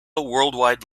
worldwide